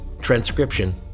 transcription